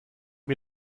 mir